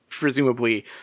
presumably